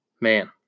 Man